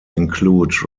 include